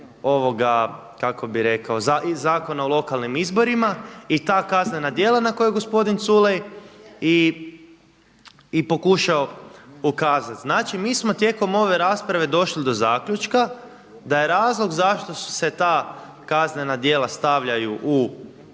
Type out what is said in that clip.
Zakona o lokalnim izborima. I ta kaznena djela na koje je gospodin Culej i pokušao ukazati. Znači, mi smo tijekom ove rasprave došli do zaključka da je razlog zašto su se ta kaznena djela stavljaju u